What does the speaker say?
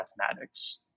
mathematics